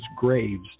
graves